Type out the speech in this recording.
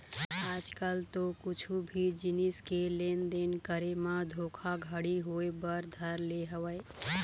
आज कल तो कुछु भी जिनिस के लेन देन करे म धोखा घड़ी होय बर धर ले हवय